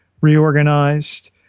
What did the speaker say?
reorganized